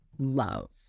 Love